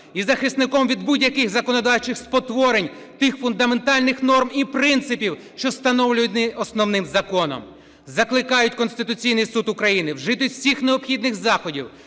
і захисником від будь-яких законодавчих спотворень тих фундаментальних норм і принципів, що встановлюються Основним Законом, закликають Конституційний Суд України вжити всіх необхідних заходів